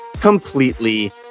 completely